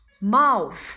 Mouth